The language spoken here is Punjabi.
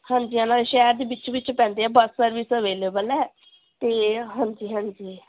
ਹਾਂਜੀ ਹਾਂ ਨਾਲੇ ਸ਼ਹਿਰ ਦੇ ਵਿੱਚ ਵਿੱਚ ਪੈਂਦੇ ਆ ਬੱਸ ਸਰਵਿਸ ਅਵੇਲੇਬਲ ਹੈ ਅਤੇ ਹਾਂਜੀ ਹਾਂਜੀ